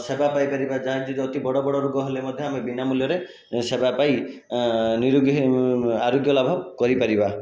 ସେବା ପାଇପାରିବା ଯାହାକି ଯଦି ବଡ଼ ବଡ଼ ରୋଗ ହେଲେ ମଧ୍ୟ ଆମେ ବିନା ମୂଲ୍ୟରେ ସେବା ପାଇ ନିରୋଗୀ ହେଇ ଅରୋଗ୍ୟ ଲାଭ କରିପାରିବା